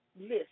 list